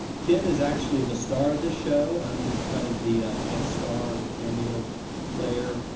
ken is actually the star of the show. i'm just kind of the guest star, the cameo player.